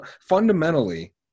fundamentally